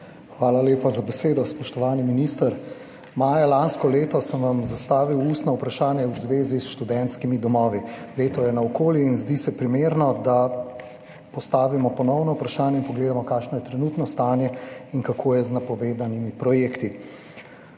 Hvala lepa za besedo. Spoštovani minister, maja lansko leto sem vam zastavil ustno vprašanje v zvezi s študentskimi domovi. Leto je naokoli in zdi se primerno, da ponovno postavimo vprašanje in pogledamo, kakšno je trenutno stanje in kako je z napovedanimi projekti.